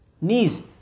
knees